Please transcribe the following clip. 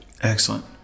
Excellent